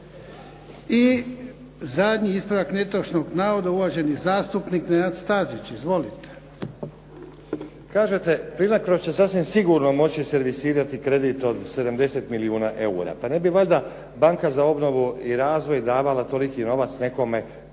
I zadnji ispravak netočnog navoda, uvaženi zastupnik Nenad Stazić. Izvolite. **Stazić, Nenad (SDP)** Kažete Plinacro će sasvim sigurno moći servisirati kredit od 70 milijuna eura. Pa ne bi valjda banka za obnovu i razvoj davala toliki novac nekome tko